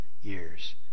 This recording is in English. years